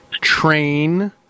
Train